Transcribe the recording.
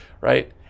Right